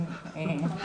הן אמורות להגיע.